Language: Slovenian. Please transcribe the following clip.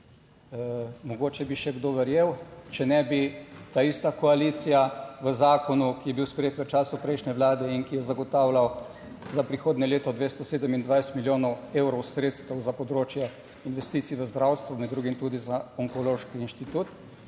Mogoče bi še kdo verjel, če ne bi ta ista koalicija v zakonu, ki je bil sprejet v času prejšnje vlade in ki je zagotavljal za prihodnje leto 227 milijonov evrov sredstev za področje investicij v zdravstvu, med drugim tudi za Onkološki inštitut,